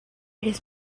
his